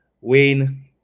Wayne